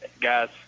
guys